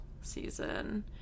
season